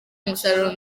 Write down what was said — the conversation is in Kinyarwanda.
umusaruro